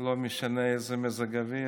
לא משנה באיזה מזג אוויר,